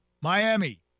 Miami